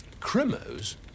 Crimos